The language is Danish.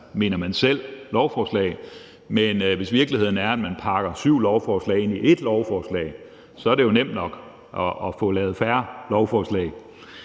mener man selv – lovforslag, men hvis virkeligheden er, at man pakker syv lovforslag ind i ét lovforslag, så er det jo nemt nok at få lavet færre lovforslag.